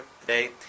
today